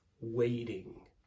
waiting